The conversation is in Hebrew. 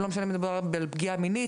וזה לא משנה אם מדובר בפגיעה מינית,